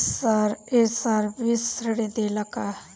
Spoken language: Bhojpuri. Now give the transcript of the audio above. ये सर्विस ऋण देला का?